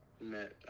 met